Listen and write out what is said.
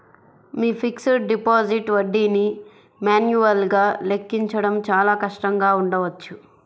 మీ fixed deposit వడ్డీని మాన్యువల్గా లెక్కించడం చాలా కష్టంగా ఉండవచ్చు